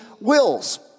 wills